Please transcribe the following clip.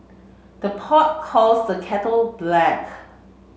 the pot calls the kettle black